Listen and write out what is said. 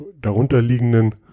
darunterliegenden